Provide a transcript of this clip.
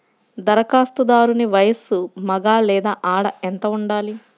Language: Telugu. ధరఖాస్తుదారుని వయస్సు మగ లేదా ఆడ ఎంత ఉండాలి?